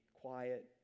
quiet